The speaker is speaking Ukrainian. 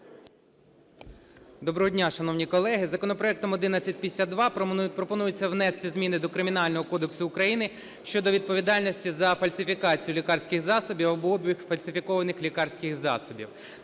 Доброго дня, шановні колеги! Законопроектом 1152 пропонується внести зміни до Кримінального кодексу України щодо відповідальності за фальсифікацію лікарських засобів або обіг фальсифікованих лікарських засобів.